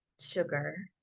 sugar